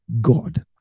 God